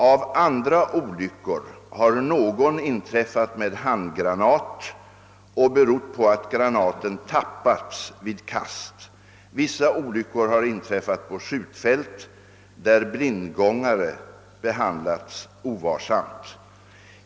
Av andra olyckor har någon inträffat med handgranat och berott på att granaten tappats vid kast. Vissa olyckor har inträffat på skjutfält där blindgångare behandlats ovarsamt.